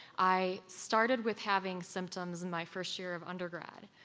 i started with having symptoms in my first year of undergrad.